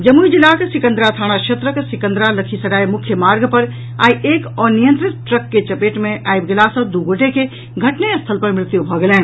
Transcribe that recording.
जमुई जिलाक सिकंदरा थाना क्षेत्रक सिकंदरा लखीसराय मुख्यमांर्ग पर आई एक अनियंत्रित ट्रक के चपेट मे आबि गेला सॅ दू गोटे के घटनेस्थल पर मृत्यु भऽ गेलनि